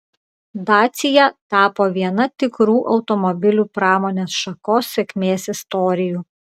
dacia tapo viena tikrų automobilių pramonės šakos sėkmės istorijų